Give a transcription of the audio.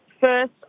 first